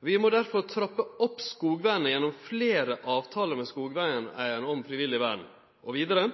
Vi må derfor trappe opp skogvernet gjennom flere avtaler med skogeierne om frivillig vern.» Og vidare: